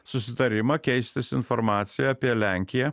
susitarimą keistis informacija apie lenkiją